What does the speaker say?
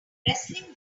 wrestling